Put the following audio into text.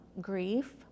grief